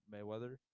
Mayweather